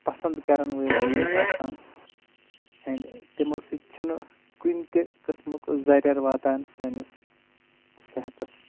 پسنٛد کرن وٲلۍ چیز آسان اینڈ تمو سۭتۍ چھنہٕ کُنہِ تہِ قسمُک زرٮ۪ر واتان سٲنس صحتس